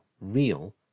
real